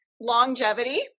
longevity